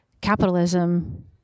capitalism